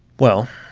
well,